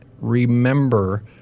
remember